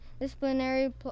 disciplinary